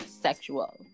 sexual